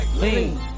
Lean